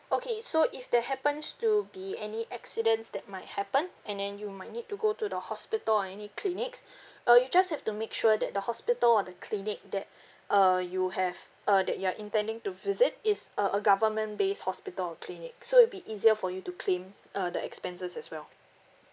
okay so if there happens to be any accidents that might happen and then you might need to go to the hospital or any clinics uh you just have to make sure that the hospital or the clinic that uh you have uh that you are intending to visit is uh a government based hospital or clinic so it'll be easier for you to claim uh the expenses as well